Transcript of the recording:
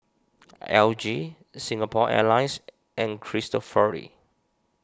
L G Singapore Airlines and Cristofori